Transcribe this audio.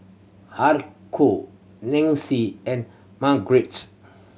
Haruko Nancy and Margrett